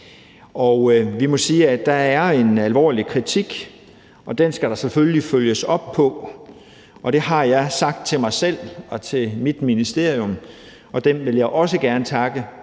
Vi må sige, at der er en alvorlig kritik, og den skal der selvfølgelig følges op på. Det har jeg sagt til mig selv og til mit ministerium, og jeg vil også gerne takke